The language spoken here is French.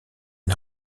une